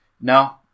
No